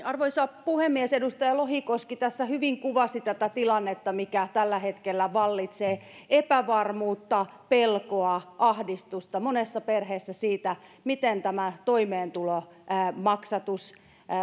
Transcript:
arvoisa puhemies edustaja lohikoski tässä hyvin kuvasi tätä tilannetta mikä tällä hetkellä vallitsee epävarmuutta pelkoa ahdistusta monessa perheessä siitä miten tämä toimeentulomaksatus